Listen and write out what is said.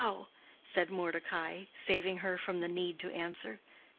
said mordecai, saving her from the need to answer.